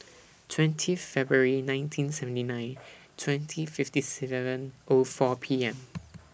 twenty February nineteen seventy nine twenty fifty seven O four P M